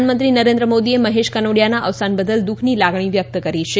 પ્રધાનમંત્રી નરેન્દ્ર મોદીએ મહેશ કનોડીયાના અવસાન બદલ દુઃખની લાગણી વ્યકત કરી છે